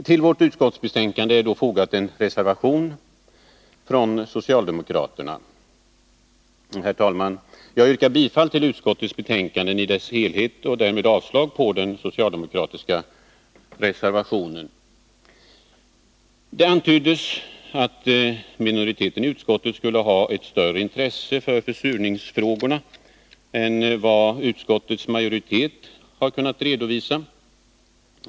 Till utskottsbetänkandet har fogats en reservation från de socialdemokratiska ledamöterna. Jag yrkar bifall till utskottets hemställan i dess helhet och därmed avslag på den socialdemokratiska reservationen. Det antyddes att minoriteten i utskottet skulle ha ett större intresse för försurningsfrågorna än vad utskottets majoritet har kunnat redovisa.